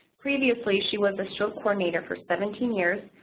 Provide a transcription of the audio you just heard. previously, she was a stroke coordinator for seventeen years,